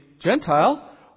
Gentile